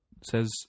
says